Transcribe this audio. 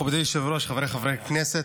מכובדי היושב-ראש, חבריי חברי הכנסת,